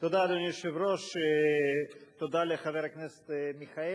תודה, אדוני היושב-ראש, תודה לחבר הכנסת מיכאלי.